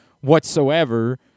whatsoever